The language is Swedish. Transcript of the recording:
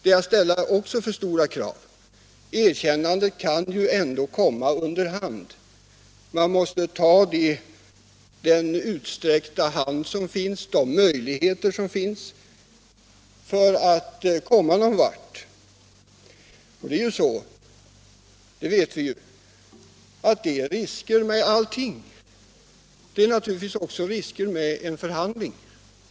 Det är också att ställa för stora krav. Erkännandet kan ju ändå komma under hand. Man måste ta den utsträckta hand som finns, de möjligheter som finns, för att komma någon vart. Vi vet ju att det är risker med allting. Och det är naturligtvis också risker med förhandlingar.